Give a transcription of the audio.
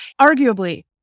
arguably